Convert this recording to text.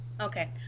Okay